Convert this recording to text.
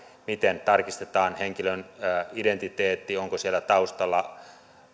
miten tarkistetaan henkilön identiteetti onko siellä taustalla